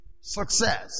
Success